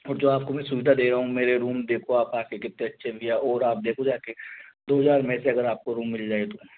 और जो आपको मैं सुविधा दे रहा हूँ मेरे रूम देखो आप आके कितने अच्छे भैया और आप देखो जाके दो हज़ार में इससे अगर आपको रूम मिल जाए तो